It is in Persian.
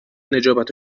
نجابت